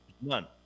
None